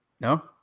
No